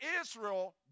Israel